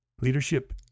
Leadership